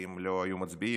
כי אם לא היו מצביעים,